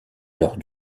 alors